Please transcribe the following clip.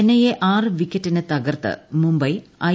ചെന്നൈയെ ആറ് വിക്കറ്റിന് തകർത്ത് മുംബൈ ഐ